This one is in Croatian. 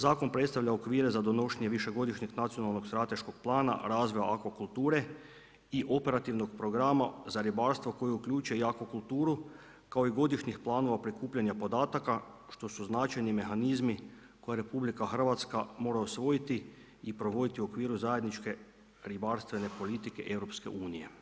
Zakon predstavlja okvire za donošenje višegodišnjeg nacionalnog strateškog plana, razvoja akvakulture i operativnog programa, za ribarstvo, koje uključuje akvakulturu, kao i godišnjih planova prikupljenih podataka, što su značajni mehanizmi, koja RH, mora usvojiti i provoditi u okviru zajedničke, ribarstvena politike EU.